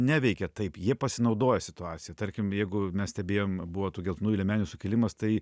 neveikia taip jie pasinaudoja situacija tarkim jeigu mes stebėjom buvo tų geltonųjų liemenių sukilimas tai